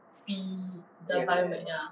chem eng